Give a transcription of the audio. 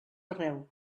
arreu